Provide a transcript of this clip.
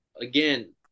again